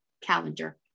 calendar